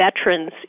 veterans